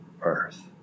earth